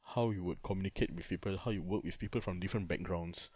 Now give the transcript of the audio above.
how you would communicate with people how you work with people from different backgrounds